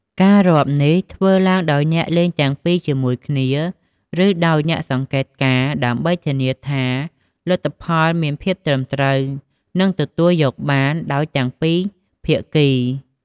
ការរាប់នេះធ្វើឡើងដោយអ្នកលេងទាំងពីរជាមួយគ្នា ឬដោយអ្នកសង្កេតការណ៍ ដើម្បីធានាថាលទ្ធផលមានភាពត្រឹមត្រូវ និងទទួលយកបានដោយទាំងពីរភាគី។